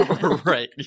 Right